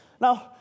Now